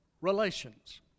relations